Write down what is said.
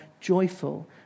joyful